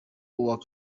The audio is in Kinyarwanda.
uwa